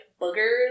boogers